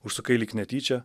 užsukai lyg netyčia